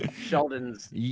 Sheldon's